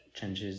changes